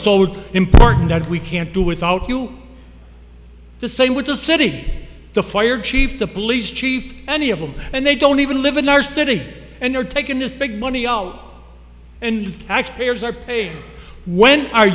told important that we can't do without you the same with the city the fire chief the police chief any of them and they don't even live in our city and they're taking this big money out and x players are paid when are